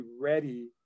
ready